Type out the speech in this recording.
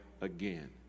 again